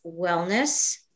wellness